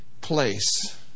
place